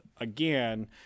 again